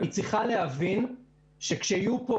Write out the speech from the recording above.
היא צריכה להבין שכשיהיו פה,